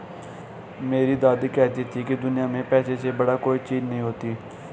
मेरी दादी कहती थी कि दुनिया में पैसे से बड़ा कोई चीज नहीं होता